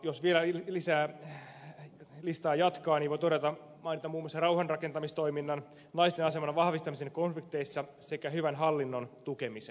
jos vielä listaa jatkaa niin voi mainita muun muassa rauhanrakentamistoiminnan naisten aseman vahvistamisen konflikteissa sekä hyvän hallinnon tukemisen